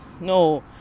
No